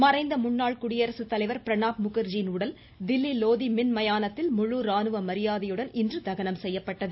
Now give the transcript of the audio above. மறைந்த முன்னாள் குடியரசு தலைவர் பிரணாப் முகர்ஜியின் உடல் தில்லி லோதி மின் மயானத்தில் முழு ராணுவ மரியாதையுடன் இன்று தகனம் செய்யப்பட்டது